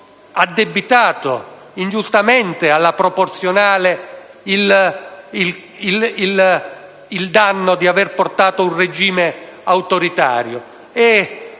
addebitato ingiustamente alla proporzionale il danno di aver portato un regime autoritario.